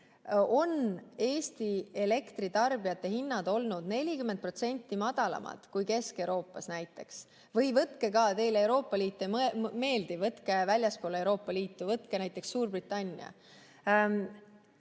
on Eesti elektritarbijate hinnad olnud 40% madalamad kui näiteks Kesk-Euroopas. Või, teile Euroopa Liit ei meeldi, võtke väljastpoolt Euroopa Liitu, võtke näiteks Suurbritannia.